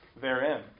therein